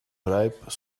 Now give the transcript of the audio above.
ripe